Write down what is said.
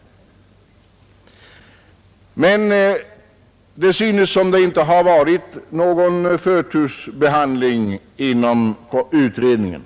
Men det synes som om det inte har blivit någon förtursbehandling inom utredningen.